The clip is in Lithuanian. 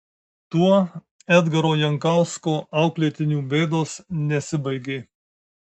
tuo edgaro jankausko auklėtinių bėdos nesibaigė